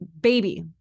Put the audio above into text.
baby